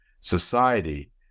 society